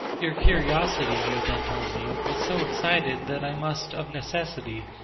your curiosity, you then told me, was so excited, that i must, of necessity,